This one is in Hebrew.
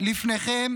לפניכם